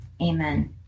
amen